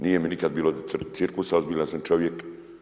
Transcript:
Nije mi nikad bilo do cirkusa, ozbiljan sam čovjek.